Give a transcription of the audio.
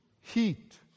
heat